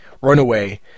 Runaway